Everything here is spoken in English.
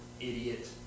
idiot